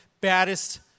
baddest